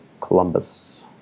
Columbus